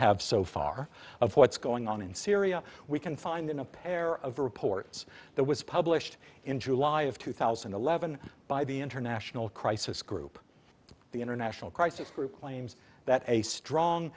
have so far of what's going on in syria we can find in a pair of reports that was published in july of two thousand and eleven by the international crisis group the international crisis group claims that a strong